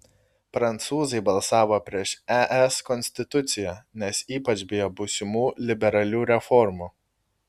prancūzai balsavo prieš es konstituciją nes ypač bijo būsimų liberalių reformų